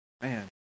man